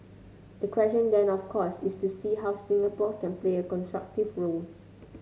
the question then of course is to see how Singapore can play a constructive role